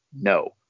no